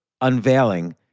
unveiling